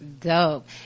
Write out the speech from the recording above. Dope